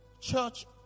Church